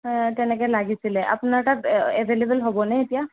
এই তেনেকৈ লাগিছিল আপোনাৰ তাত এভেইলেবল হ'ব নে এতিয়া